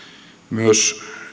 myös